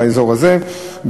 באזור הזה.